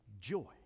Joy